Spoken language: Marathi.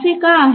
असे का आहे